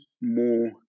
more